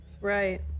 right